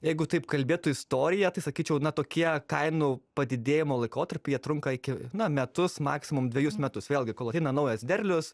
jeigu taip kalbėtų istorija tai sakyčiau na tokie kainų padidėjimo laikotarpiai jie trunka iki na metus maksimum dvejus metus vėlgi kol ateina naujas derlius